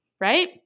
right